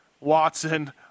Watson